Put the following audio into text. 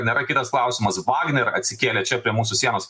nėra kitas klausimas vagner atsikėlė čia apie mūsų sienos